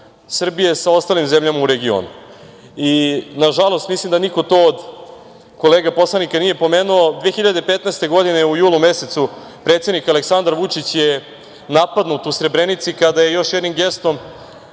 Srbije sa ostalim zemljama u regionu. Nažalost, mislim da niko to od kolega poslanika nije pomenuo, 2015. godine u julu mesecu predsednik Aleksandar Vučić je napadnut u Srebrenici kada je još jednim gestom,